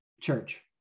church